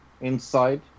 inside